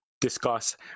discuss